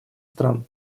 стран